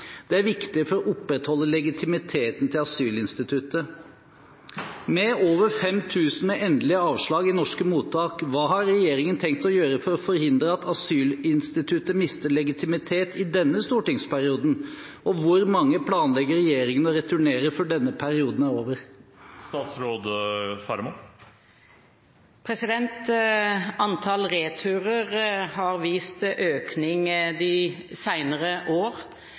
er viktig for å opprettholde legitimiteten til asylinstituttet.» Med over 5 000 med endelig avslag i norske mottak: Hva har regjeringen tenkt å gjøre for å forhindre at asylinstituttet mister legitimitet i denne stortingsperioden, og hvor mange planlegger regjeringen å returnere før denne perioden er over? Antall returer har vist økning de